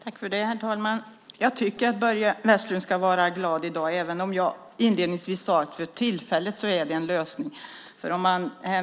Herr talman! Jag tycker att Börje Vestlund ska vara glad i dag, även om jag inledningsvis sade att det för tillfället är en lösning.